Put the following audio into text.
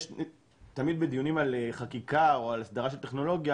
תמיד בדיונים על חקיקה או על הסדרת הטכנולוגיה,